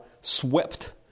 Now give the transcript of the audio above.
swept